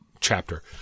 chapter